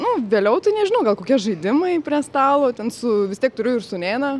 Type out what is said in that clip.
nu vėliau tai nežinau gal kokie žaidimai prie stalo ten su vis tiek turiu ir sūnėną